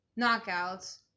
knockouts